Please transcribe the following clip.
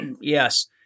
Yes